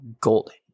golden